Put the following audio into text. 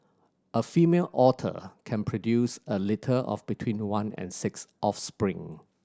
a female otter can produce a litter of between one and six offspring